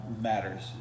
matters